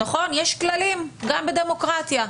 יש כללים גם בדמוקרטיה.